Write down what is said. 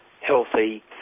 healthy